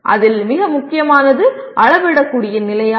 அதில் மிக முக்கியமானது அளவிடக்கூடிய நிலை ஆகும்